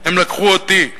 הם לקחו אותי,